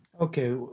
Okay